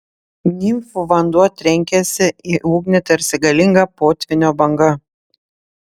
nimfų vanduo trenkėsi į ugnį tarsi galinga potvynio banga